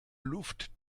luft